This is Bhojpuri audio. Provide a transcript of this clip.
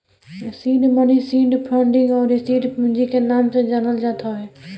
सीड मनी सीड फंडिंग अउरी सीड पूंजी के नाम से जानल जात हवे